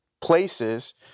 places